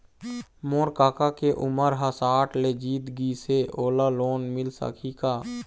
मोर कका के उमर ह साठ ले जीत गिस हे, ओला लोन मिल सकही का?